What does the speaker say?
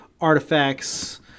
artifacts